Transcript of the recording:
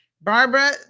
Barbara